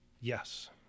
yes